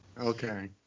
Okay